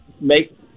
make